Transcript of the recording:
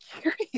curious